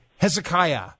Hezekiah